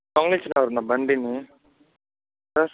దొంగలించినారు నా బండిని సార్